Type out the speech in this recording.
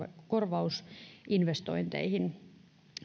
korvausinvestointeihin